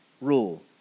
rule